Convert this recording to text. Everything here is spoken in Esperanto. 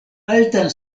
altan